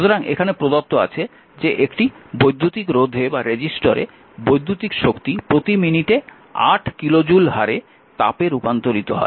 সুতরাং এখানে প্রদত্ত আছে যে একটি বৈদ্যুতিক রোধে বৈদ্যুতিক শক্তি প্রতি মিনিটে 8 কিলো জুল হারে তাপে রূপান্তরিত হয়